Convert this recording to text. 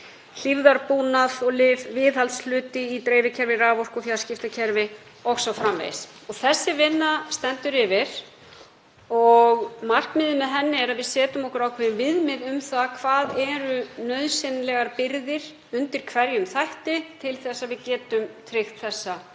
hlífðarbúnað og lyf, viðhaldshluti í dreifikerfi raforku og fjarskiptakerfi o.s.frv. Þessi vinna stendur yfir og markmiðið með henni er að við setjum okkur ákveðin viðmið um það hvað eru nauðsynlegar birgðir undir hverjum þætti til að við getum tryggt þessa